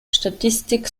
statistik